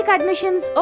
Admissions